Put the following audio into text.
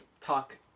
talk